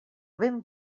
ben